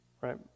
right